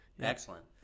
excellent